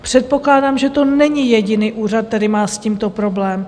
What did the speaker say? Předpokládám, že to není jediný úřad, který má s tímto problém.